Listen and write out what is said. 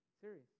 Serious